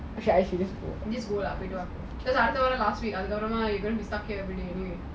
every day because after last we you gonna be stuck here